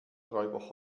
räuber